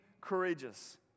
courageous